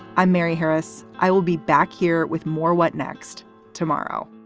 i'm mary harris. i will be back here with more what next tomorrow?